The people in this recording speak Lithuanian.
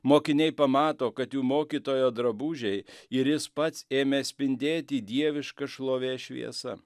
mokiniai pamato kad jų mokytojo drabužiai ir jis pats ėmė spindėti dieviška šlovės šviesa